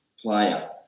player